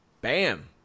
Bam